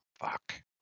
Fuck